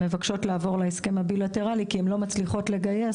מבקשות לעבור להסכם הבילטרלי כי הן לא מצליחות לגייס